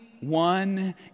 one